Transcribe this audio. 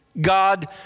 God